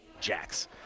Jacks